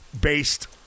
based